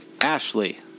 Ashley